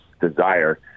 desire